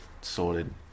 sorted